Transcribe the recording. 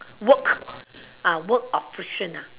work work operation